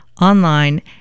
online